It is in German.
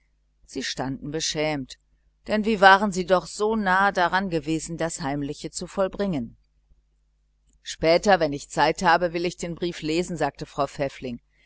sie standen beschämt denn wie waren sie doch so nahe daran gewesen das heimliche zu vollbringen später wenn ich zeit habe will ich den brief lesen sagte frau pfäffling